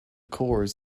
corps